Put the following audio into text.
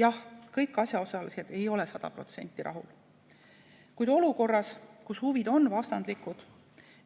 Jah, kõik asjaosalised ei ole sada protsenti rahul, kuid olukorras, kus huvid on vastandlikud,